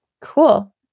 Cool